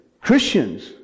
Christians